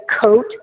coat